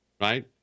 Right